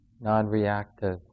non-reactive